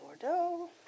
Bordeaux